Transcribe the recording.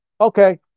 Okay